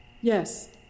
Yes